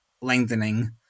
lengthening